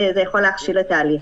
זה יכול להכשיל את ההליך.